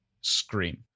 scream